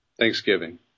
Thanksgiving